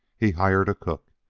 he hired a cook.